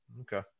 Okay